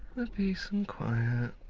the peace and quiet.